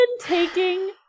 taking